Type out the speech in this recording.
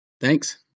Thanks